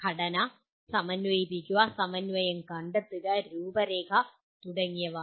ഘടന സമന്വയിപ്പിക്കുക സമന്വയം കണ്ടെത്തുക രൂപരേഖ തുടങ്ങിയവ